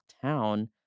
town